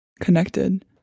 connected